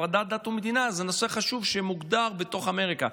הפרדת דת ומדינה זה נושא חשוב שמוגדר בתוך אמריקה.